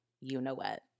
you-know-what